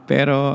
Pero